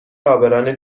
عابران